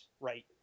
right